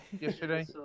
yesterday